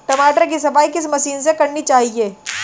टमाटर की सफाई किस मशीन से करनी चाहिए?